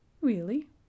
Really